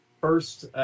first